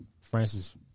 Francis